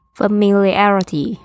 familiarity